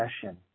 session